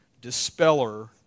dispeller